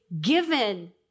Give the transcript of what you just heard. given